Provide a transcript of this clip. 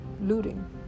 looting